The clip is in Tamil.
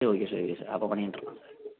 சரி ஓகே சார் ஓகே சார் அப்போ பண்ணிவிட்ருலாம் சார்